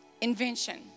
invention